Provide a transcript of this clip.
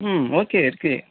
ம் ஓகே இருக்குது